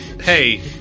hey